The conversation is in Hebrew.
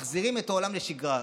מחזירים את העולם לשגרה,